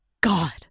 God